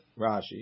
Rashi